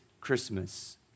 Christmas